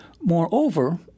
Moreover